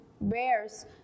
bears